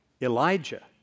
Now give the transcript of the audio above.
Elijah